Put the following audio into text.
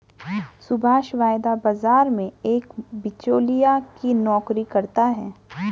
सुभाष वायदा बाजार में एक बीचोलिया की नौकरी करता है